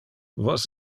vos